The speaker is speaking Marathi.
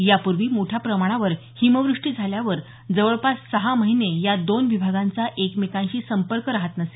यापूर्वी मोठ्या प्रमाणावर हिमवुष्टी झाल्यावर जवळपास सहा महिने या दोन विभागांचा एकमेकांशी संपर्क राहत नसे